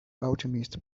alchemist